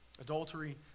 Adultery